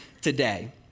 today